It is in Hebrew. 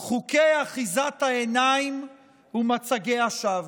חוקי אחיזת העיניים ומצגי השווא.